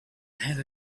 had